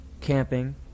camping